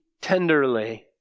tenderly